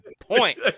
Point